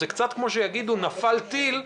זה קצת כמו שיגידו: נפל טיל,